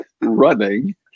running